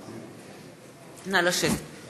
נא לשבת.